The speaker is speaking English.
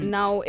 Now